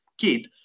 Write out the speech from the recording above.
kid